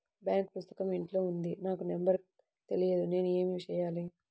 Bank పుస్తకం ఇంట్లో ఉంది నాకు నంబర్ తెలియదు నేను ఏమి చెయ్యాలి?